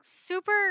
super